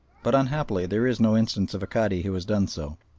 but unhappily there is no instance of a cadi who has done so.